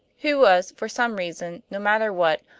who was, for some reason, no matter what,